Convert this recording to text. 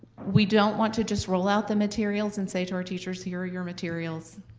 we don't want to just roll out the materials and say to our teachers, here your materials,